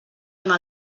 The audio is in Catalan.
una